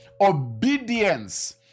obedience